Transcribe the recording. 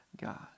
God